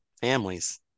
families